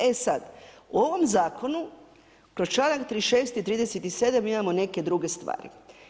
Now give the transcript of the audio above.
E sad, u ovom zakonu kroz članak 36. i 37. imamo neke druge stvari.